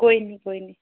ਕੋਈ ਨਹੀਂ ਕੋਈ ਨਹੀਂ